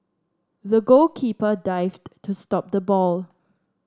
the goalkeeper dived to stop the ball